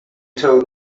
told